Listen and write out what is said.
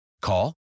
Call